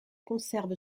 conserve